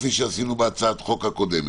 כפי שעשינו בהצעת החוק הקודמת.